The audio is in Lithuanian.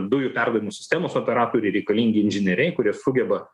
dujų perdavimų sistemos operatoriui reikalingi inžinieriai kurie sugeba